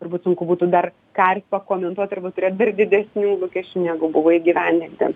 turbūt sunku būtų dar ką ir pakomentuot arba turėt dar didesnių lūkesčių negu buvo įgyvendinti